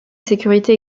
sécurité